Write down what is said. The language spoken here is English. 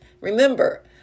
remember